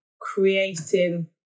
creating